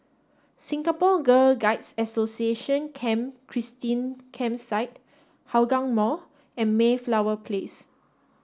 Singapore Girl Guides Association Camp Christine Campsite Hougang Mall and Mayflower Place